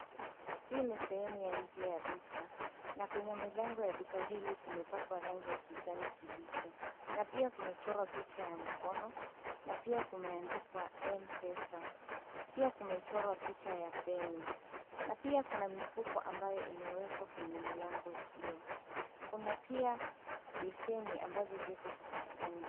Hii ni sehemu ya nje ya duka, na kwenye milango ya duka hili kumepakwa rangi ya kijani kibichi, na pia kumechorwa picha ya mikono, na pia kumeandikwa Mpesa, pia kumechorwa picha ya feni, na pia kuna mifuko ambayo imewekwa kwenye milango hio, kuna pia beseni ambazo ziko sakafuni.